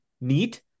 neat